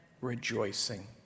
rejoicing